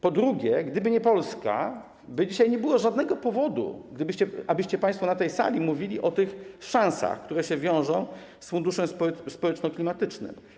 Po drugie, gdyby nie Polska, dzisiaj nie byłoby żadnego powodu, abyście państwo na tej sali mówili o szansach, które się wiążą z funduszem społeczno-klimatycznym.